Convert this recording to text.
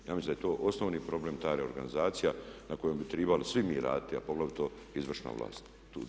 Ja mislim da je to osnovni problem ta reorganizacija na kojoj bi trebali svi mi raditi a poglavito izvršna vlast.